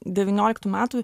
devynioliktų metų